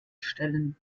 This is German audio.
stellen